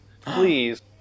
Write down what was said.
Please